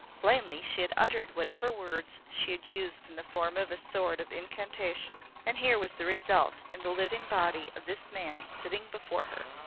plainly she had uttered whatever words she had used in the form of a sort of incantation, and here was the result in the living body of this man sitting before her.